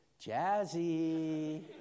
Jazzy